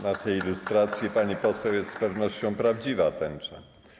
Na tej ilustracji, pani poseł, jest z pewnością prawdziwa tęcza.